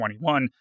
2021